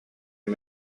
and